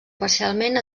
parcialment